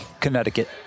Connecticut